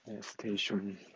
station